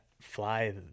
fly